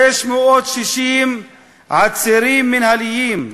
660 עצירים מינהליים,